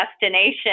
destination